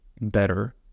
better